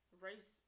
race